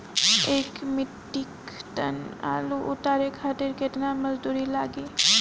एक metric tonne आलू उतारे खातिर केतना मजदूरी लागेला?